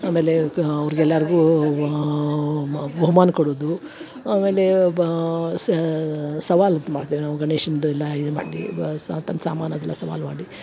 ಆಮೇಲೆ ಕಾ ಅವ್ರ್ಗ ಎಲ್ಲಾರ್ಗು ವಾ ಬಹುಮಾನ ಕೊಡುದು ಆಮೇಲೆ ಬಾ ಸವಾಲು ಇದು ಮಾಡ್ತೇವೆ ನಾವು ಗಣೇಶಂದು ಎಲ್ಲ ಇದು ಮಾಡಿ ಬಾ ಸಾತನ್ ಸಾಮಾನ್ ಅದಲ್ಲ ಸವಾಲ್ ವಾಡಿ